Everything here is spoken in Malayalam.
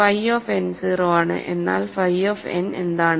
ഫൈ ഓഫ് n 0 ആണ് എന്നാൽ ഫൈ ഓഫ് n എന്താണ്